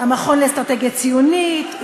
המכון לאסטרטגיה ציונית,